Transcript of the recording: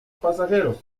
pasajeros